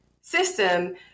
system